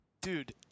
Dude